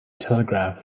telegraph